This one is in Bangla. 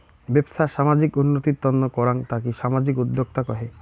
বেপছা সামাজিক উন্নতির তন্ন করাঙ তাকি সামাজিক উদ্যক্তা কহে